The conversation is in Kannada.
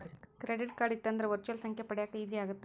ಕ್ರೆಡಿಟ್ ಕಾರ್ಡ್ ಇತ್ತಂದ್ರ ವರ್ಚುಯಲ್ ಸಂಖ್ಯೆ ಪಡ್ಯಾಕ ಈಜಿ ಆಗತ್ತ?